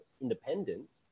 independence